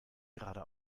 gerade